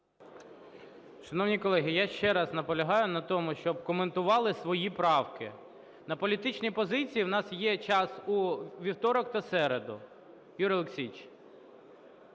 Шановні колеги, я ще раз наполягаю на тому, щоб коментували свої правки. На політичні позиції в нас є час у вівторок та середу. Юрій Олексійович,